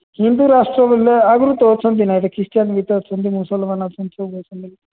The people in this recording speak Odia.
ହିନ୍ଦୁ ରାଷ୍ଟ୍ର ବୋଲେ ଆଗରୁ ତ ଅଛନ୍ତି ନା ଏବେ ଖ୍ରୀଷ୍ଟୟାନ୍ ବି ତ ଅଛନ୍ତି ନା ମୁସଲ୍ମାନ ଅଛନ୍ତି ସବୁ ଅଛନ୍ତି